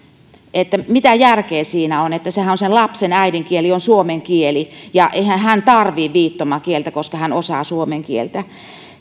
että mitä järkeä siinä on koska sen lapsen äidinkielihän on suomen kieli ja eihän hän tarvitse viittomakieltä koska hän osaa suomen kieltä